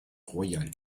royale